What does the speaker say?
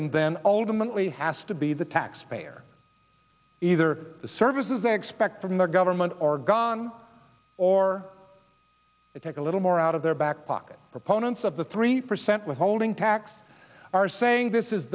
victim then ultimately has to be the taxpayer either the services they expect from their government or gone or take a little more out of their back pocket proponents of the three percent withholding tax are saying this is